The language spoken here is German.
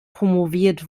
promoviert